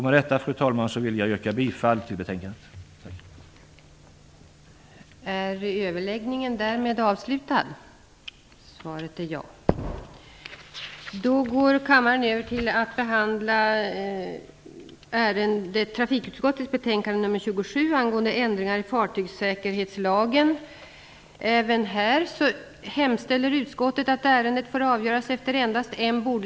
Med detta, fru talman, vill jag yrka bifall till hemställan i betänkandet.